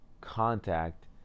contact